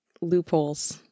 loopholes